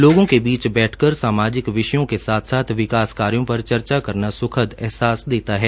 लोगों के बीच बैठकर सामाजिक विषयों के साथ साथ विकास कार्यो पर चर्चा करना स्खद अहसास देता है